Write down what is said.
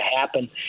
happen